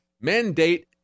mandate